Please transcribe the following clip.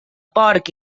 porc